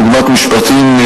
דוגמת משפטים.